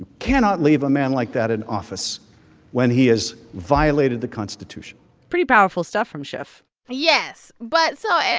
cannot leave a man like that in office when he has violated the constitution pretty powerful stuff from schiff yes. but so,